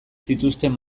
zituzten